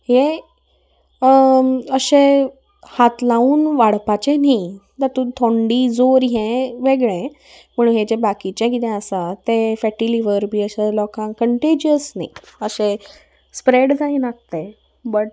हे अशें हात लावून वाडपाचें न्ही तातूंत थंडी जोर हें वेगळें पूण हे जे बाकीचें कितें आसा तें फॅटीलिवर बी अशे लोकांक कंटेजियस न्ही अशें स्प्रेड जायनाक तें बट